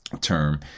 term